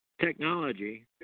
technology